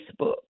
Facebook